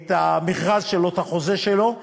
המכרז שלו, את החוזה שלו,